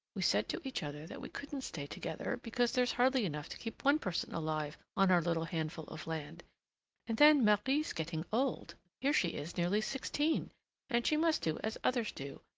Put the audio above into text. we said to each other that we couldn't stay together, because there's hardly enough to keep one person alive on our little handful of land and then marie's getting old here she is nearly sixteen and she must do as others do,